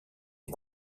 des